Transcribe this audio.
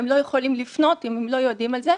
הם לא יכולים לפנות אם הם לא יודעים על זה.